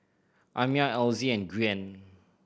Amiah Elzy and Gwyn